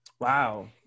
Wow